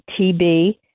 TB